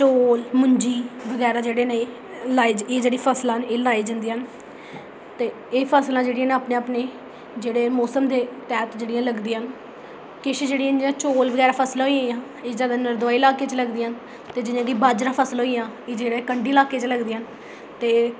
चौल मुंजी बगैरा जेह्ड़े न लाए एह् जेह्ड़ियां फसलां न लाई जंदियां न ते एह् फसलां जेह्ड़ियां न एह् अपने अपने जेह्ड़े मौसम दे तैह्त जेह्ड़ियां लगदियां न किश जेह्ड़ियां होंदियां न चौल बगैरा फसलां होइयां एह् मैदानी इलाके च लगदियां न ते जि'यां की बाजरा फसल होई गेइयां न एह् जेह्ड़ियां कंडी ल्हाके च लगदियां न ते